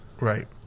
right